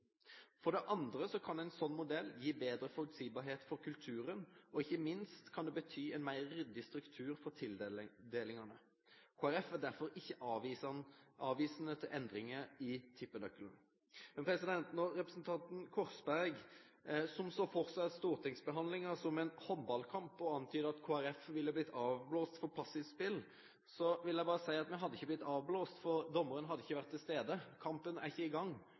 For det andre kan en slik modell gi bedre forutsigbarhet for kulturen, og ikke minst kan det bety en mer ryddig struktur for tildelingene. Kristelig Folkeparti er derfor ikke avvisende til endringer i tippenøkkelen. Til representanten Korsberg, som så for seg stortingsbehandlingen som en håndballkamp og antydet at Kristelig Folkeparti ville blitt avblåst for passivt spill, vil jeg bare si at vi hadde ikke blitt avblåst, for dommeren hadde ikke vært til stede – kampen er ikke i gang,